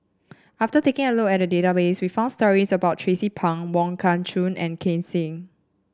after taking a look at the database we found stories about Tracie Pang Wong Kah Chun and Ken Seet